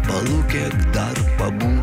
palūkėk dar pabūk